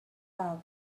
love